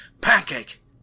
Pancake